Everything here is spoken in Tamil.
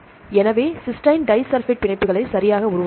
எனவே சிஸ்டைன் டைசல்பைட் பிணைப்புகளை சரியாக உருவாக்கும்